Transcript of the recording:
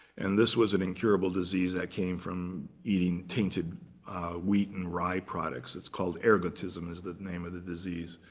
and this was an incurable disease that came from eating tainted wheat and rye products. it's called ergotism is the name of the disease.